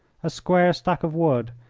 a square stack of wood,